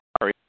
sorry